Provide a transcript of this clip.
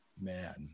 Man